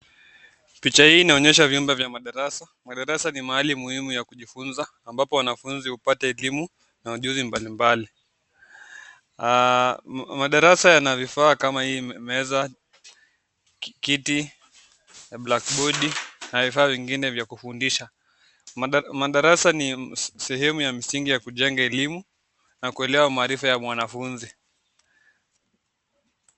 Picha hii inaonesha vyumba za madarasa ,madarasa mahali muhimu ya kujifunza ambapo wanafunzi hupata elemu na ujuzi mbalimbali ,madarasa yanavifaa kama hii meza, kiti, Na blakibodi na vifaa vengine vyakufundisha madarasa ni sehemu ya msingi ya kujengea elemu na kuelewa maarifa ya mwanafunzi.